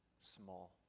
small